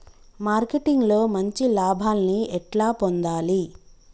Marketing లో మంచి లాభాల్ని ఎట్లా పొందాలి?